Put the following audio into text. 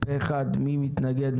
מי נגד?